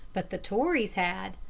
but the tories had.